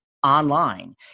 online